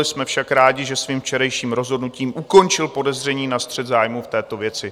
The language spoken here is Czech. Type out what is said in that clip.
Jsme však rádi, že svým včerejším rozhodnutím ukončil podezření na střet zájmů v této věci.